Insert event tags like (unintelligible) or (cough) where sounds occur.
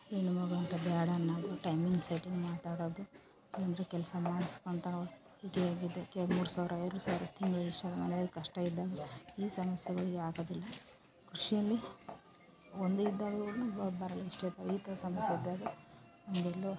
ಹೆಣ್ಣ್ಮಗ್ಳು ಅಂತ ಬ್ಯಾಡ ಅನ್ನೋದು ಟೈಮಿಂಗ್ ಸೆಟ್ಟಿಂಗ್ ಮಾತಾಡೋದು ಅಂದರೆ ಕೆಲಸ ಮಾಡ್ಸ್ಕೊಳ್ತಾ ಹೀಗೆ ಆಗಿದೆ ಎರಡು ಮೂರು ಸಾವಿರ ಎರಡು ಸಾವಿರ ತಿಂಗಳಿಗೆ (unintelligible) ಮನೇಲಿ ಕಷ್ಟ ಇದ್ದಾಗ ಈ ಸಮಸ್ಯೆಗಳು ಆಗೋದಿಲ್ಲ ಕೃಷಿಯಲ್ಲಿ ಒಂದೇ ಇದ್ದಾಗ ಕೂಡ ಬರಲ್ಲ ಇಷ್ಟೊತ್ತಾಗಿ ಈ ಥರ ಸಮಸ್ಯೆ ಇದ್ದಾಗ ನಮ್ಗೆಲ್ಲೊ